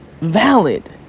valid